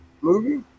movie